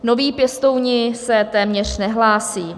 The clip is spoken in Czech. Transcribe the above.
Noví pěstouni se téměř nehlásí.